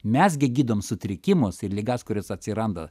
mes gi gydom sutrikimus ir ligas kurias atsiranda